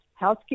healthcare